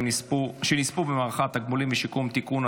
שנספו במערכה (תגמולים ושיקום) (תיקון,